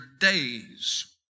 days